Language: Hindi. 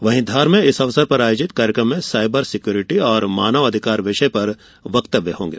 वहीं धार में इस अवसर पर आयोजित कार्यक्रम में सायबर सिक्यूरिटी और मानव अधिकार विषय पर वक्तव्य होगें